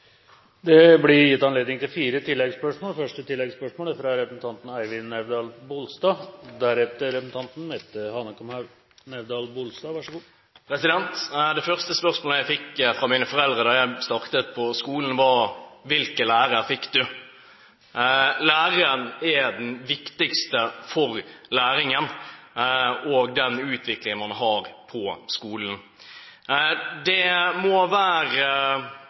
Det blir gitt anledning til fire oppfølgingsspørsmål – først Eivind Nævdal-Bolstad. Det første spørsmålet jeg fikk fra mine foreldre da jeg startet på skolen, var: Hvilke lærere fikk du? Læreren er den viktigste for læringen og den utvikling man har på skolen. Det må være